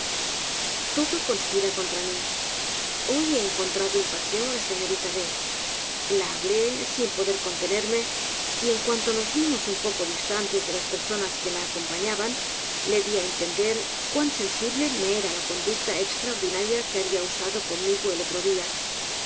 tqdo conspira contra raí hoy he encontrado en par seo á la señorita b la hablé sin poder contenerme y en cuanto nos vimos un poco distantes de las personas que la acompañaban le di á entender cuan sensible m era la conducta estraordiparia que habia usado can raigp el otro día